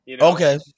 Okay